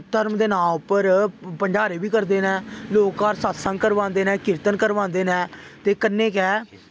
धर्म दे नांऽ उप्पर भंडारे बी करदे न लोग घर सतसंग करवांदे न कीर्तन करवांदे न ते कन्नै गै